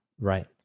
Right